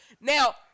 Now